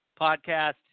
podcast